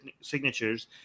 signatures